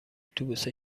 اتوبوس